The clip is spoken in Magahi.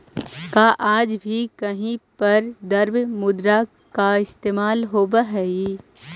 का आज भी कहीं पर द्रव्य मुद्रा का इस्तेमाल होवअ हई?